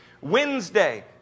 wednesday